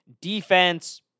defense